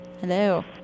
hello